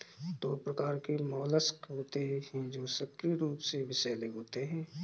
दो प्रकार के मोलस्क होते हैं जो सक्रिय रूप से विषैले होते हैं